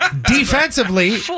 defensively